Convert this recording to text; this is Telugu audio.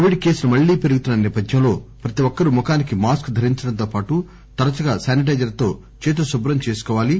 కోవిడ్ కేసులు మళ్లీ పెరుగుతున్న సేపథ్యంలో ప్రతి ఒక్కరూ ముఖానికి మాస్క్ ధరించడంతో పాటు తరచుగా శానిటైజర్ తో చేతులు శుభ్రం చేసుకోవాలి